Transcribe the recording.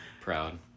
proud